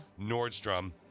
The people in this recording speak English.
Nordstrom